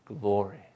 glory